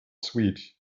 sweet